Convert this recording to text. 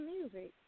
music